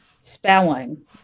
Spelling